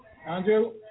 Andrew